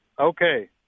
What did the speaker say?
Okay